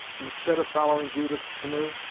instead of following judith's canoe,